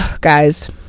guys